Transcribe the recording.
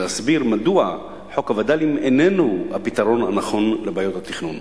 להסביר מדוע חוק הווד"לים איננו הפתרון הנכון לבעיות התכנון.